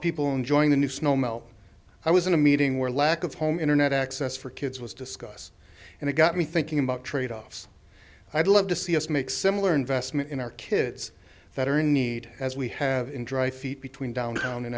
people enjoying the new snow melt i was in a meeting where lack of home internet access for kids was discussed and it got me thinking about tradeoffs i'd love to see us make similar investment in our kids that are in need as we have in dry feet between downtown and